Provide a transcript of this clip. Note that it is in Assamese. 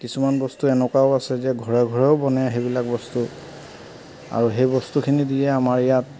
কিছুমান বস্তু এনেকুৱাও আছে যে ঘৰে ঘৰেও বনে সেইবিলাক বস্তু আৰু সেই বস্তুখিনিদিয়ে আমাৰ ইয়াত